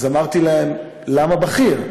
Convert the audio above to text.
אז אמרתי להם: למה בכיר?